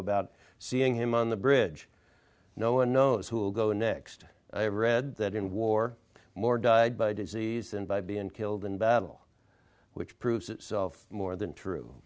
about seeing him on the bridge no one knows who will go next i have read that in war more died by disease than by being killed in battle which proves itself more than true